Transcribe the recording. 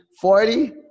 forty